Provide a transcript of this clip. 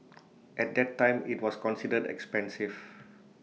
at that time IT was considered expensive